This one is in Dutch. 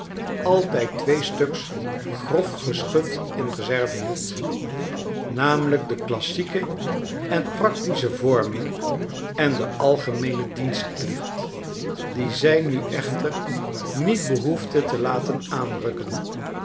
altijd twee stuks grof geschut in reserve hield namelijk de classieke en practische vorming en den algemeenen dienstplicht die zij nu echter niet behoefde te laten aanrukken